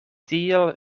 tiel